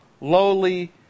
lowly